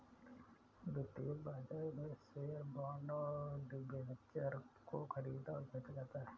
द्वितीयक बाजार में शेअर्स, बॉन्ड और डिबेंचर को ख़रीदा और बेचा जाता है